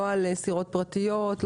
לא על סירות פרטיות.